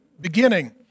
beginning